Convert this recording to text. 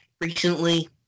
recently